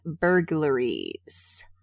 burglaries